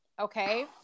okay